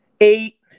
Eight